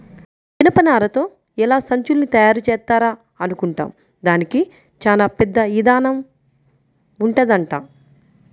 జనపనారతో ఎలా సంచుల్ని తయారుజేత్తారా అనుకుంటాం, దానికి చానా పెద్ద ఇదానం ఉంటదంట